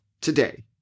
today